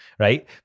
Right